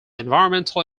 environmental